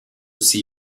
see